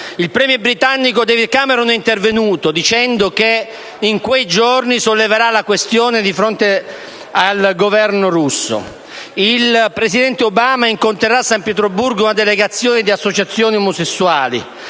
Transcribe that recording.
Il *premier* britannico David Cameron è intervenuto dicendo che in quei giorni solleverà la questione di fronte al Governo russo; il presidente Obama incontrerà a San Pietroburgo una delegazione di associazioni omosessuali.